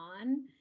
on